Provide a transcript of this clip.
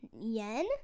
yen